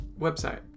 website